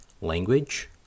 language